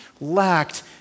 lacked